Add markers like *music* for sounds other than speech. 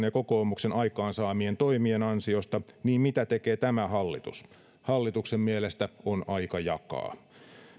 *unintelligible* ja kokoomuksen aikaan saamien toimien ansiosta niin mitä tekee tämä hallitus hallituksen mielestä on aika jakaa